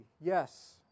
Yes